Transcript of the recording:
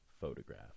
photograph